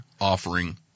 offering